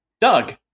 Doug